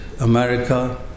America